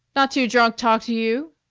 not too drunk talk to you,